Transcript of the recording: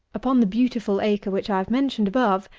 upon the beautiful acre which i have mentioned above,